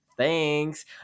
thanks